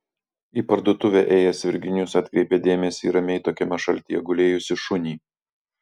į parduotuvę ėjęs virginijus atkreipė dėmesį į ramiai tokiame šaltyje gulėjusį šunį